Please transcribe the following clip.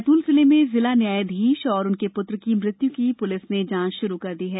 बैतूल जिले में जिला न्यायाधीश एवं उनके पुत्र की मृत्यु की पुलिस ने जांच शुरू कर दी है